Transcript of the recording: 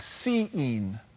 seeing